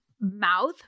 mouth